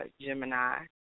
Gemini